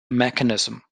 mechanism